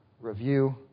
review